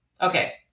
Okay